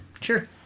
Sure